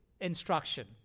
Instruction